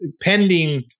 pending